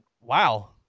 wow